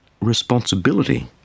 responsibility